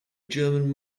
german